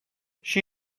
she